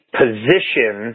position